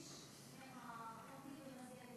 שליש מהלומדים במסגרת?